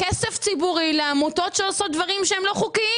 כסף ציבורי לעמותות שעושות דברים לא חוקיים.